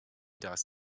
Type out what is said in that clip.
does